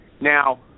Now